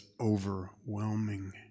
overwhelming